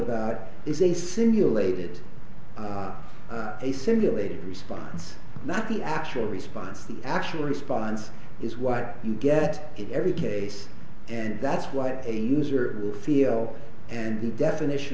about is a simulated a simulated response not the actual response the actual response is what you get in every case and that's what a user would feel and the definition